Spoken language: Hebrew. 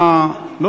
מאוחר.